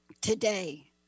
today